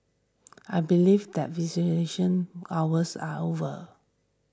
I believe that visitation hours are over